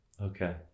Okay